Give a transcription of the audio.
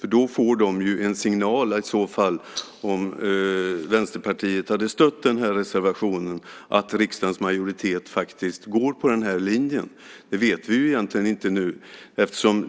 I så fall hade de ju fått en signal, om Vänsterpartiet hade stött den här reservationen, om att riksdagens majoritet faktiskt går på den här linjen. Det vet vi egentligen inte nu.